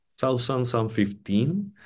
2015